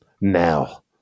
now